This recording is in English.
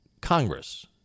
Congress